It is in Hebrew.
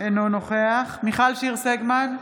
אינו נוכח מיכל שיר סגמן,